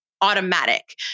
automatic